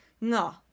No